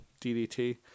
DDT